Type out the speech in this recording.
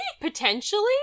potentially